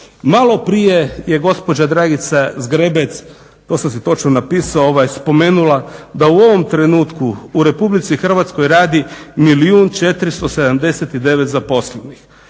Maloprije je gospođa Dragica Zgrebec, to sam si točno napisao, spomenula da u ovom trenutku u RH radi milijun 479 zaposlenih.